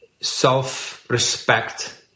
self-respect